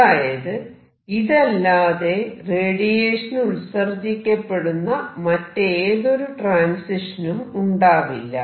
അതായത് ഇതല്ലാതെ റേഡിയേഷൻ ഉത്സർജിക്കപ്പെടുന്ന മറ്റേതൊരു ട്രാൻസിഷനും ഉണ്ടാവില്ല